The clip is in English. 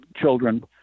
children